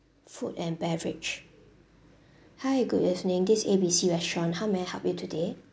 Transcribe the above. food and beverage hi good evening this A B C restaurant how may I help you today